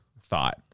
thought